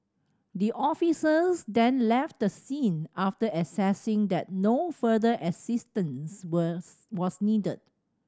the officers then left the scene after assessing that no further assistance were was needed